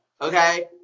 Okay